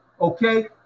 okay